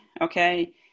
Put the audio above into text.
okay